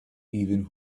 even